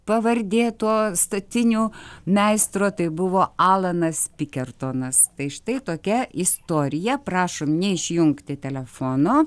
pavardė to statinių meistro tai buvo alanas pikertonas tai štai tokia istorija prašom neišjungti telefono